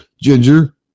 Ginger